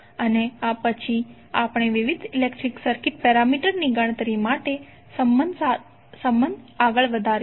અને પછી આપણે વિવિધ ઇલેક્ટ્રિકલ સર્કિટ પેરામીટર ની ગણતરી માટે સંબંધ આગળ વધારીશું